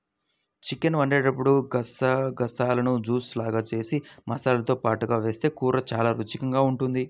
chicken వండేటప్పుడు గసగసాలను juice లాగా జేసి మసాలాతో పాటుగా వేస్తె కూర చానా రుచికరంగా ఉంటది